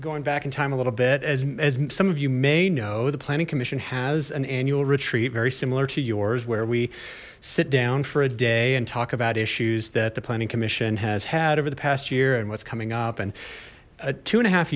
going back in time a little bit as some of you may know the planning commission has an annual retreat very similar to yours where we sit down for a day and talk about issues that the planning commission has had over the past year and what's coming up and a two and a half